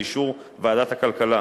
באישור ועדת הכלכלה,